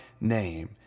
name